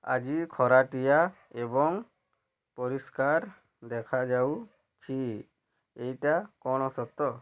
ଆଜି ଖରାଟିଆ ଏବଂ ପରିଷ୍କାର ଦେଖାଯାଉଛି ଏଇଟା କ'ଣ ସତ